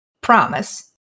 Promise